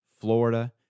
Florida